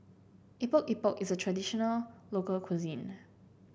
Epok Epok is a traditional local cuisine